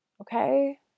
Okay